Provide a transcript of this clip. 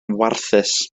warthus